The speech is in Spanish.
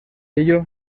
ello